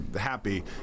happy